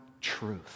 truth